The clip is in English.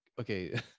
okay